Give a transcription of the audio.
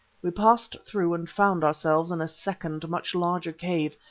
we passed through and found ourselves in a second, much larger cave,